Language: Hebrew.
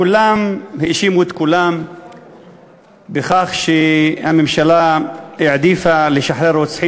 כולם האשימו את כולם בכך שהממשלה העדיפה לשחרר רוצחים